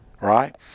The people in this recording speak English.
right